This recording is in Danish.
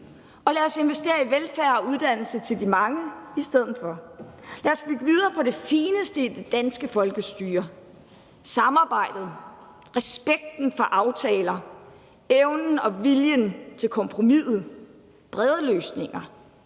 og lad os investere i velfærd og uddannelse til de mange i stedet for. Lad os bygge videre på det fineste i det danske folkestyre: samarbejdet, respekten for aftaler, evnen og viljen til kompromiset og de brede løsninger